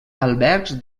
albergs